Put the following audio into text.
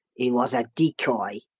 he was a decoy,